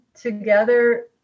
together